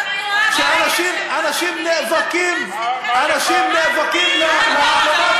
לא צריך, לכפות עליהם את